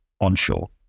onshore